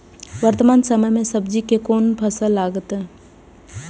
वर्तमान समय में सब्जी के कोन फसल लागत?